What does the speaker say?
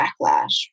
backlash